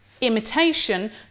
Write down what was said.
imitation